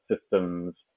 systems